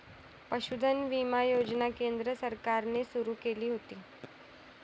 पशुधन विमा योजना केंद्र सरकारने सुरू केली होती